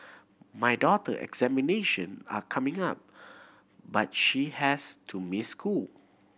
my daughter examination are coming up but she has to miss school